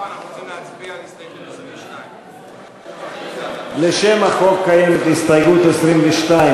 אנחנו רוצים להצביע על הסתייגות 22. לשם הפרק יש הסתייגות 22,